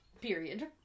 period